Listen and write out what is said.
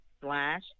slash